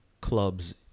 clubs